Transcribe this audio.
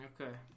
Okay